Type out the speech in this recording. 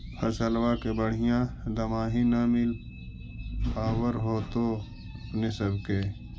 फसलबा के बढ़िया दमाहि न मिल पाबर होतो अपने सब के?